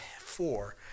four